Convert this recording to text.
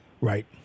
Right